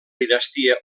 dinastia